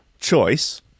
Choice